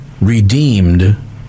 redeemed